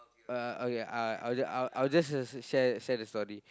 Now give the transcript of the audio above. uh okay I I I'll just share share the story